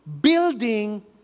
building